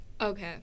Okay